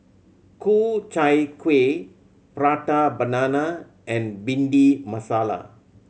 Ku Chai Kueh Prata Banana and Bhindi Masala